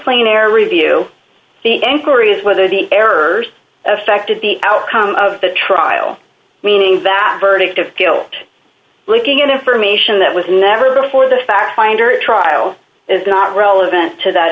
error review the inquiry is whether the errors affected the outcome of the trial meaning that verdict of guilt leaking information that was never before the fact finder at trial is not relevant to that